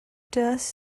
thus